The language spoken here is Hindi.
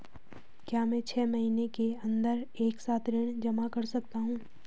क्या मैं छः महीने के अन्दर एक साथ ऋण जमा कर सकता हूँ?